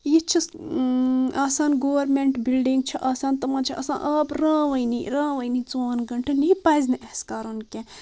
یہِ چھُ آسان گورمینٹ بلڈنٛگ چھِ آسان تِمن چھُ آسان آب روٲنی روٲنی ژوٚوُہن گنٛٹن تہِ پزِ نہٕ اسہِ کرُن کینٛہہ